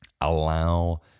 allow